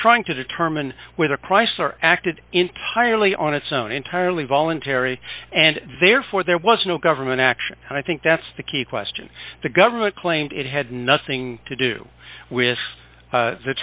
trying to determine whether chrysler acted entirely on its own entirely voluntary and therefore there was no government action and i think that's the key question the government claimed it had nothing to do with